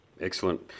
Excellent